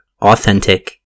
authentic